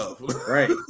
Right